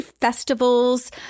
festivals